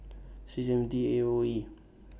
six M T A O E